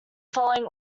following